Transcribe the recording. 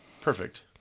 Perfect